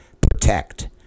protect